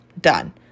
done